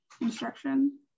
instruction